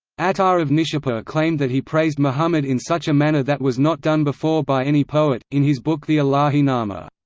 attar of nishapur claimed that he praised muhammad in such a manner that was not done before by any poet, in his book the ilahi-nama.